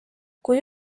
kui